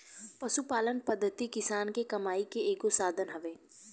पशुपालन पद्धति किसान के कमाई के एगो साधन हवे